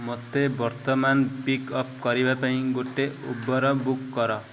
ମୋତେ ବର୍ତ୍ତମାନ pick up କରିବା ପାଇଁ ଗୋଟେ ଉବର୍ ବୁକ୍ କର